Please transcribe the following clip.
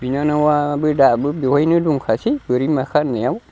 बिनानावाबो दाबो बेवहायनो दंखासै बोरै माखा होननायाव